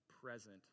present